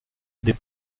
des